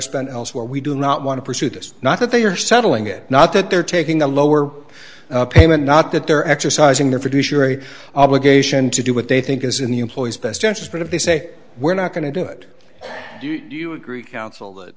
spent elsewhere we do not want to pursue this not that they are settling it not that they're taking the lower payment not that they're exercising their fiduciary obligation to do what they think is in the employee's best interest but if they say we're not going to do it do you agree counsel that